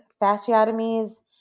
fasciotomies